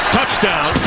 Touchdown